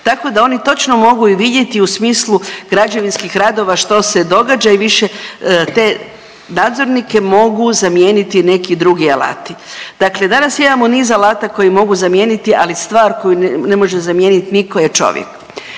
tako da oni točno mogu i vidjeti u smislu građevinskih radova što se događa i više te nadzornike mogu zamijeniti neki drugi alati, dakle danas imamo niz alata koji mogu zamijeniti, ali stvar koju ne može zamijenit niko je čovjek.